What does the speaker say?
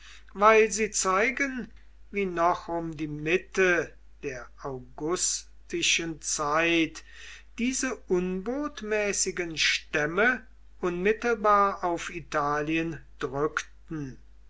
weil sie zeigen wie noch um die mitte der augustischen zeit diese unbotmäßigen stämme unmittelbar auf italien drückten